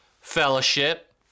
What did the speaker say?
fellowship